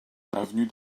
avenue